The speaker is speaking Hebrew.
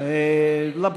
סעיף 22,